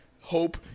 hope